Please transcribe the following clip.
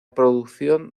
producción